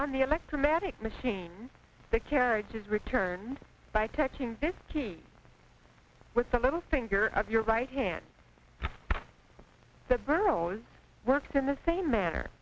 on the electromagnetic machine the carriage is returned by touching this key with the little finger of your right hand the girl works in the same manner